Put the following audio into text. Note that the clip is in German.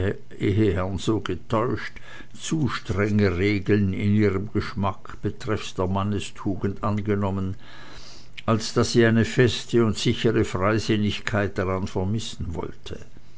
eheherren so getäuscht zu strenge regeln in ihrem geschmack betreffs der mannestugend angenommen als daß sie eine feste und sichere freisinnigkeit daran vermissen wollte